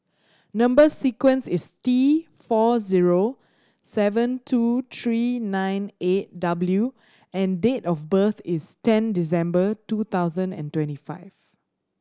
number sequence is T four zero seven two three nine eight W and date of birth is ten December two thousand and twenty five